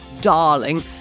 darling